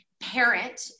parent